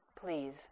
Please